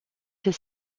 his